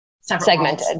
segmented